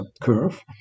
curve